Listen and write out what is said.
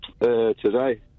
Today